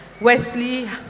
Wesley